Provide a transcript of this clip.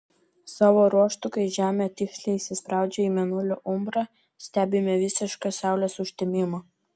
savo ruožtu kai žemė tiksliai įsispraudžia į mėnulio umbrą stebime visišką saulės užtemimą